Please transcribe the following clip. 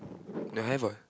don't have what